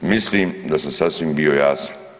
Mislim da sam sasvim bio jasan.